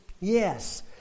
Yes